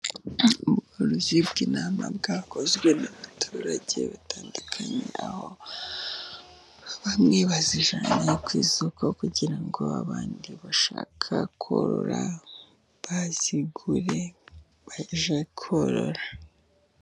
Ubworozi bw'intama bwakozwe n'abaturage batandukanye aho bamwe bazijyanye ku isoko, kugira ngo abandi bashaka korora bazigure bajye korora.